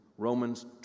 Romans